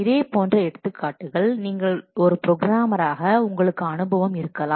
இதே போன்ற எடுத்துக்காட்டுகள் நீங்கள் ஒரு ப்ரோக்ராமராக உங்களுக்கு அனுபவம் இருக்கலாம்